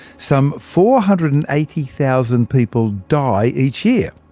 some four hundred and eighty thousand people die each year.